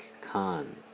Khan